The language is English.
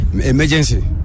emergency